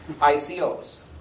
ICOs